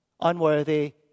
unworthy